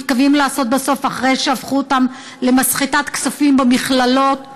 מתכוונים לעשות בסוף אחרי שהפכו אותם למסחטת כספים במכללות ובהתמחות.